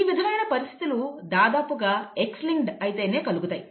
ఈ విధమైన పరిస్థితులు దాదాపుగా X లింక్డ్ అయితేనే కలుగుతాయి